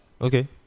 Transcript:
Okay